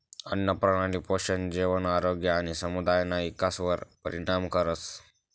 आन्नप्रणाली पोषण, जेवण, आरोग्य आणि समुदायना इकासवर परिणाम करस